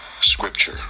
scripture